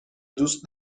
دوست